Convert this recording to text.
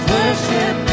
Worship